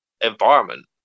environment